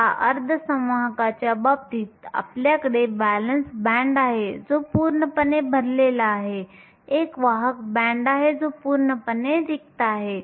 आता अर्धसंवाहकाच्या बाबतीत आपल्याकडे व्हॅलेन्स बँड आहे जो पूर्णपणे भरलेला आहे एक वाहक बँड आहे जो पूर्णपणे रिकामा आहे